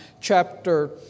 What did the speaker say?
chapter